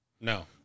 no